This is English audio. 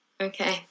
Okay